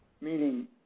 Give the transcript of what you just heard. meaning